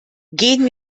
gehen